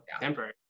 temporary